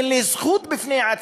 אין לי זכות בפני עצמי.